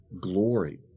glory